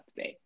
update